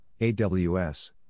AWS